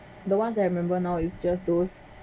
the ones that I remember now is just those